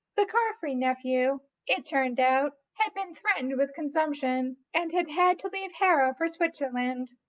the carfry nephew, it turned out, had been threatened with consumption, and had had to leave harrow for switzerland,